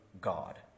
God